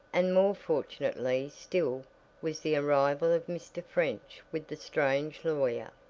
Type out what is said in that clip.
and more fortunately still was the arrival of mr. french with the strange lawyer.